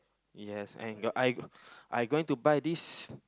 yes and I I going to buy this